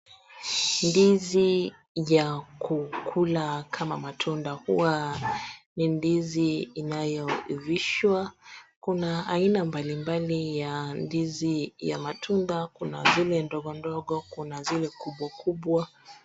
Ndizi ya kukula kama matunda huwa ni ndizi inayoivishwa. Kuna aina mbalimbali ya ndizi ya matunda, kuna zile ndogondogo, kuna zile kubwakubwa.